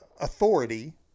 authority